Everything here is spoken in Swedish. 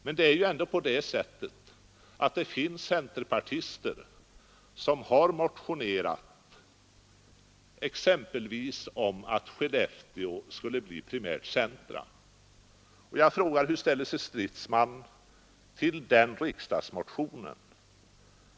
Dessutom har ju exempelvis några centerpartister motionerat om att Skellefteå skulle bli primärt centrum, och jag frågar hur herr Stridsman ställer sig till den riksdagsmotionen.